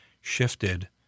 shifted